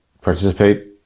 Participate